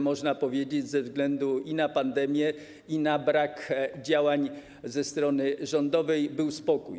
Można powiedzieć, że ze względu na pandemię i na brak działań ze strony rządu był spokój.